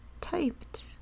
typed